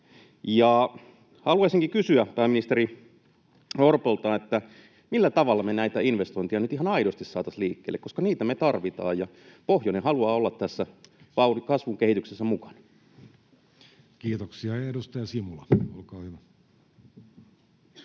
Haluaisinkin kysyä pääministeri Orpolta: millä tavalla me näitä investointeja nyt ihan aidosti saataisiin liikkeelle, koska niitä me tarvitaan? Pohjoinen haluaa olla tässä kasvun kehityksessä mukana. Kiitoksia. — Edustaja Simula, olkaa hyvä.